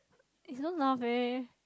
eh you don't laugh eh